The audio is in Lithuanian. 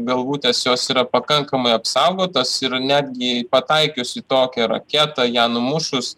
galvutės jos yra pakankamai apsaugotos ir netgi pataikius į tokią raketą ją numušus